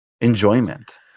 enjoyment